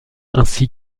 ainsi